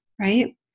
Right